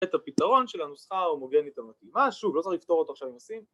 ‫את הפתרון של הנוסחה ‫ההומוגנית המתאימה, שוב, לא צריך לפתור אותו ‫עכשיו עם C